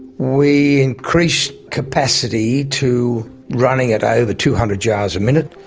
we increased capacity to running at over two hundred jars a minute.